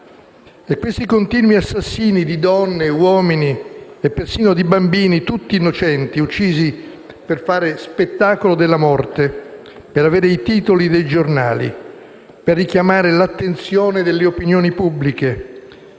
Questi continui assassinii di donne, uomini e persino bambini, tutti innocenti, uccisi per fare spettacolo della morte, per avere i titoli dei giornali, per richiamare l'attenzione delle opinioni pubbliche,